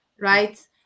right